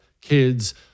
kids